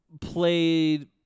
played